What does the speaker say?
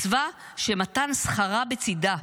מצווה שמתן שכרה בצידה,